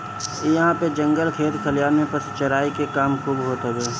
इहां पे जंगल खेत खलिहान में पशु चराई के काम खूब होत हवे